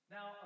Now